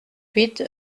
huit